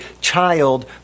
child